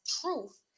truth